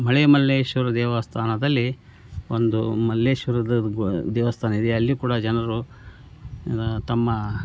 ಮಳೆ ಮಲ್ಲೇಶ್ವರ ದೇವಸ್ಥಾನದಲ್ಲಿ ಒಂದು ಮಲ್ಲೇಶ್ವರದ ಬು ದೇವಸ್ಥಾನ ಇದೆ ಅಲ್ಲಿ ಕೂಡ ಜನರು ತಮ್ಮ